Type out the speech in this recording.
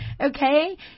Okay